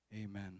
Amen